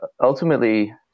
ultimately